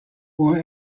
war